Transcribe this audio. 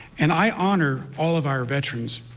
and i honor all of our veterans.